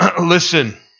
Listen